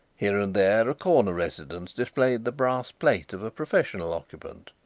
here and there a corner residence displayed the brass plate of a professional occupant,